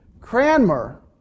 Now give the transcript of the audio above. Cranmer